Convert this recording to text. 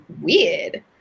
weird